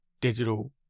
digital